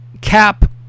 cap